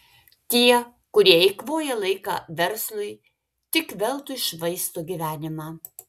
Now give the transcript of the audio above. tie kurie eikvoja laiką verslui tik veltui švaisto gyvenimą